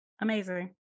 Amazing